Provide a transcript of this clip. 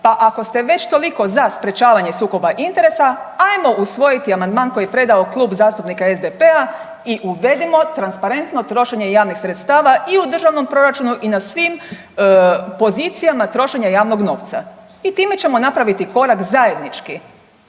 Pa ako ste već toliko za sprječavanje sukoba interesa ajmo usvojiti amandman koji je predao Klub zastupnika SDP-a i uvedimo transparentno trošenje javnih sredstava i u državnom proračunu i na svim pozicijama trošenja javnog novca i time ćemo napraviti korak zajednički,